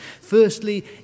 Firstly